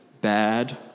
bad